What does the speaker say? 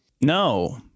no